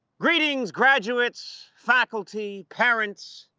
greetings graduates, faculty, parents,